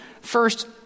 First